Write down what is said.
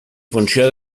funció